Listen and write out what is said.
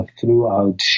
Throughout